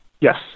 Yes